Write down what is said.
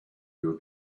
your